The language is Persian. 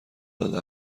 داده